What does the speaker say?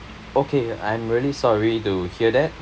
okay I'm really sorry to hear that